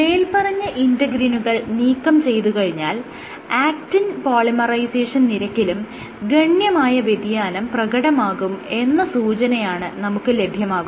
മേല്പറഞ്ഞ ഇന്റെഗ്രിനുകൾ നീക്കം ചെയ്തുകഴിഞ്ഞാൽ ആക്റ്റിൻ പോളിമറൈസേഷൻ നിരക്കിലും ഗണ്യമായ വ്യതിയാനം പ്രകടമാകും എന്ന സൂചനയാണ് നമുക്ക് ലഭ്യമാകുന്നത്